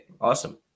Awesome